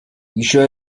еще